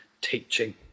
teaching